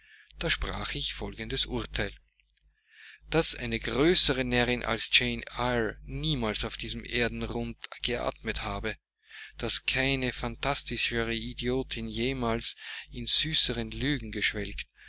da sprach ich folgendes urteil daß eine größere närrin als jane eyre niemals auf diesem erdenrund geatmet habe daß keine phantastischere idiotin jemals in süßeren lügen geschwelgt